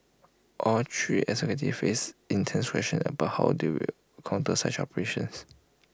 all three executives face intense questioning about how do counter such operations